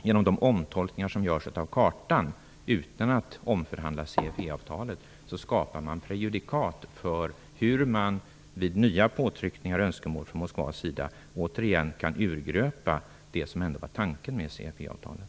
Genom de omtolkningar som görs av kartan utan att CFE-avtalet omförhandlas skapas prejudikat för hur man vid nya påtryckningar och önskemål från Moskva återigen kan urgröpa det som ändå var själva tanken med CFE-avtalet.